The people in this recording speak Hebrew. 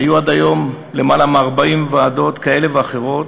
היו עד היום למעלה מ-40 ועדות כאלה ואחרות,